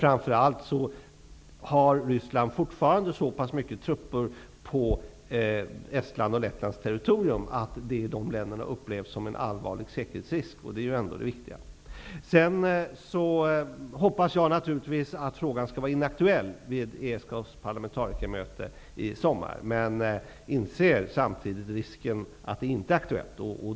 Ryssland har fortfarande så pass många trupper på Estlands och Lettlands territorium att det i dessa länder upplevs som en allvarlig säkerhetsrisk, och det är det viktiga. Jag hoppas naturligtvis att frågan skall vara inaktuell vid ESK:s parlamentarikermöte i sommar. Men jag inser samtidigt risken att det är aktuellt.